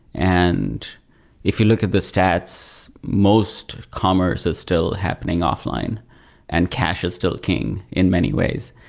and if you look at the stats, most commerce is still happening offline and cash is still king in many ways.